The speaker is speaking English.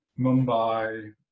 Mumbai